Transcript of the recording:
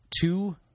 two